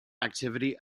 activity